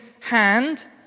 hand